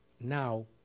now